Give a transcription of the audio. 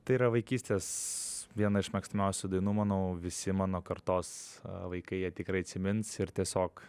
tai yra vaikystės viena iš mėgstamiausių dainų manau visi mano kartos vaikai ją tikrai atsimins ir tiesiog